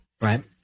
right